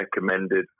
recommended